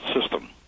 system